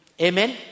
Amen